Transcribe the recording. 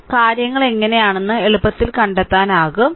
അതിനാൽ കാര്യങ്ങൾ എങ്ങനെയാണെന്ന് എളുപ്പത്തിൽ കണ്ടെത്താനാകും